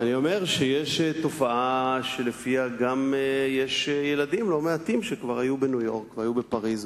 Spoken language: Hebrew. אני אומר שיש תופעה שיש ילדים לא מעטים שכבר היו בניו-יורק והיו בפריס,